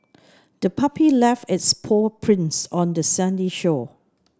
the puppy left its paw prints on the sandy shore